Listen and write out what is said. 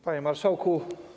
Panie Marszałku!